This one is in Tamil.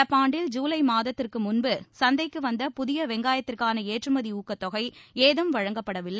நடப்பாண்டில் ஜூலை மாதத்திற்கு முன்பு சந்தைக்கு வந்த புதிய வெங்காயத்திற்கான ஏற்றுமதி ஊக்கத்தொகை ஏதும் வழங்கப்படவில்லை